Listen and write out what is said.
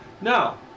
Now